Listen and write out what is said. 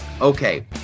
Okay